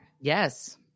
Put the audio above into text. Yes